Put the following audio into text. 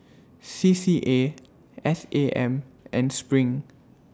C C A S A M and SPRING